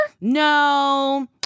No